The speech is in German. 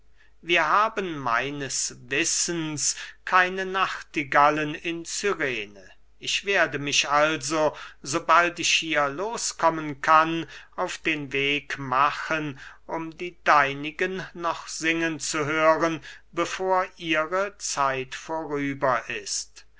wir haben meines wissens keine nachtigallen in cyrene ich werde mich also so bald ich hier los kommen kann auf den weg machen um die deinigen noch singen zu hören bevor ihre zeit vorüber ist